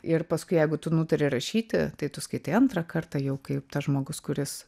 ir paskui jeigu tu nutari rašyti tai tu skaitai antrą kartą jau kaip tas žmogus kuris